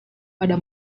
pada